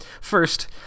First